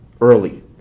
early